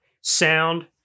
sound